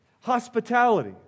Hospitality